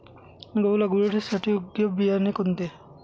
गहू लागवडीसाठी योग्य बियाणे कोणते?